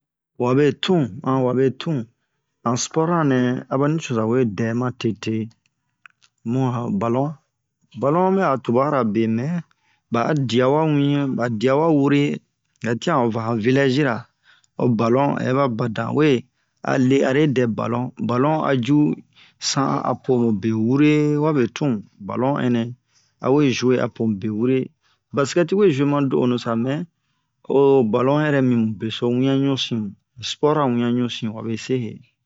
wabe tun an wabe tun han sport ranɛ abani coza wedɛ ma tete mu'a ho ballon ballon bɛ'a tubarabe mɛ ba'a dia wa wian ba diawa wure yɛtian ova han village ra o ballon ɛba badan we ale are dɛ ballon ballon aju sa'an apo bewure wabe tun ballon ɛnɛ awe jouer apo mube wure basket tiwe jouer ma do'onu sa mɛ o ballon yɛrɛ mi mubeso wian ɲusin mu han sport ra wian ɲusin wabese he